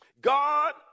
God